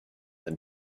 than